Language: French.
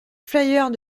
flyers